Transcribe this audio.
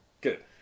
Good